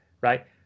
Right